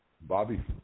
Bobby